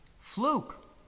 fluke